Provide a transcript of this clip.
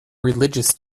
religious